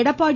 Edappadi